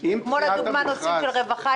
כמו לדוגמה נושאים של רווחה,